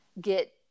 get